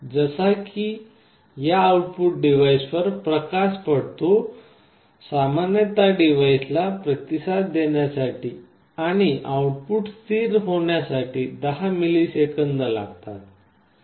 जसे की या डिव्हाइसवर प्रकाश पडतो सामान्यत डिव्हाइसला प्रतिसाद देण्यासाठी आणि आउटपुट स्थिर होण्यासाठी दहा मिलिसेकंद लागतात